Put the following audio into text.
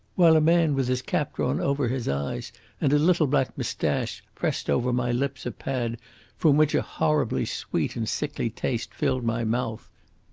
while a man with his cap drawn over his eyes and a little black moustache pressed over my lips a pad from which a horribly sweet and sickly taste filled my mouth.